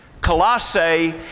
Colossae